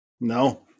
No